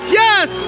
yes